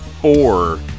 four